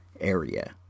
area